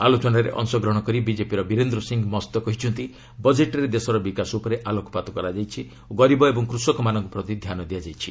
ଆଲୋଚନାରେ ଅଂଶଗ୍ରହଣ କରି ବିଜେପିର ବୀରେନ୍ଦ୍ର ସିଂହ ମସ୍ତ କହିଛନ୍ତି ବଜେଟ୍ରେ ଦେଶର ବିକାଶ ଉପରେ ଆଲୋକପାତ କରାଯାଇଛି ଓ ଗରିବ ଏବଂ କୃଷକମାନଙ୍କ ପ୍ରତି ଧ୍ୟାନ ଦିଆଯାଇଛି